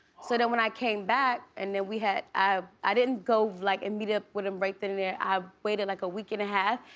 so then when i came back and then we had, i i didn't go like and meet up with him right then and there. i waited like a week and a half,